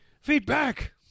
Feedback